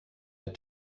der